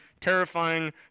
terrifying